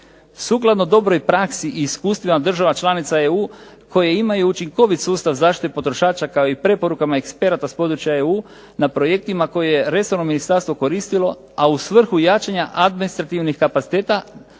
Sukladno dobroj praksi i iskustvima država članica EU koje imaju učinkovit sustav zaštite potrošača kao i preporukama eksperata s područja EU na projektima koje je resorno ministarstvo koristilo, a u svrhu jačanja administrativnih kapaciteta.